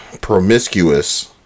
promiscuous